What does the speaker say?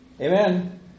Amen